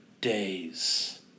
days